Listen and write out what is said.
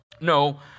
No